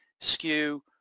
skew